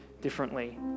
differently